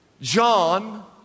John